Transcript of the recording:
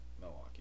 Milwaukee